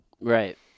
Right